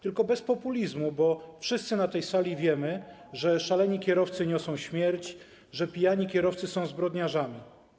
Tylko bez populizmu, bo wszyscy na tej sali wiemy, że szaleni kierowcy niosą śmierć, że pijani kierowcy są zbrodniarzami.